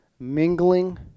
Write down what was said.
mingling